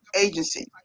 agency